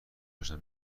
اشنا